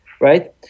right